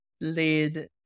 lead